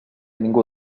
ningú